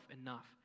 enough